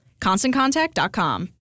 ConstantContact.com